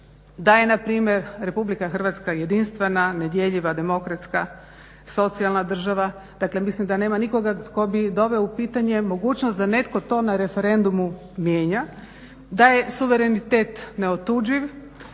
da je na primjer Republika Hrvatska jedinstvena, nedjeljiva, demokratska, socijalna država. Dakle, ja mislim da nema nikoga tko bi doveo u pitanje mogućnost da netko to na referendumu mijenja, da je suverenitet neotuđiv,